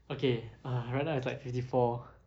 okay uh right now it's like fifty four